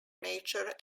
nature